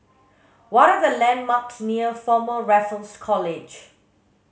what are the landmarks near Former Raffles College